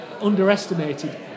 underestimated